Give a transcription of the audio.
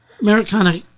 Americana